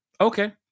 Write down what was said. Okay